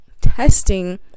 testing